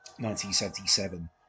1977